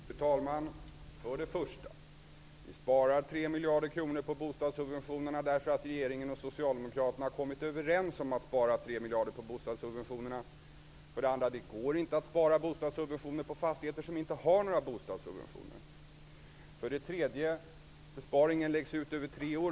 Fru talman! För det första: Vi sparar tre miljarder kronor på bostadssubventionerna därför att regeringen och Socialdemokraterna har kommit överens om att spara tre miljarder på bostadssubventionerna. För det andra: Det går inte att spara in på bostadssubventioner på fastigheter som inte har några bostadssubventioner. För det tredje: Besparingen läggs ut över tre år.